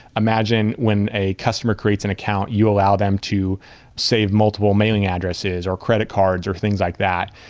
imagine when a customer creates an account. you allow them to save multiple mailing addresses, or credit cards, or things like that.